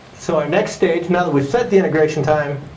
so our next stage, now that we've set the integration time,